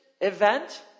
event